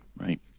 right